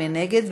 מי נגד?